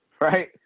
right